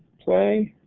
play.